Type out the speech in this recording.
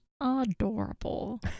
adorable